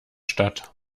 statt